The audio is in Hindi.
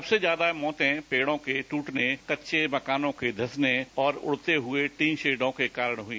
सबसे ज्यादा मौतें पेड़ों के टूटने कच्चे मकानों के धंसने और उड़ते हुए तीन शेडों के कारण हुई